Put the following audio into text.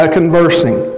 conversing